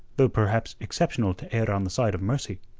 though perhaps exceptional to err on the side of mercy.